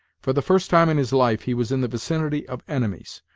for the first time in his life he was in the vicinity of enemies,